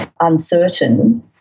uncertain